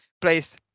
place